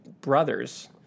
brothers